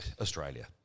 Australia